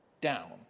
down